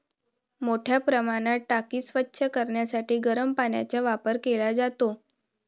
मोठ्या प्रमाणात टाकी स्वच्छ करण्यासाठी गरम पाण्याचा वापर केला जातो